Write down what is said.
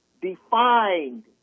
defined